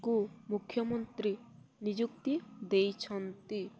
କୁ ମୁଖ୍ୟମନ୍ତ୍ରୀ ନିଯୁକ୍ତି ଦେଇଛନ୍ତି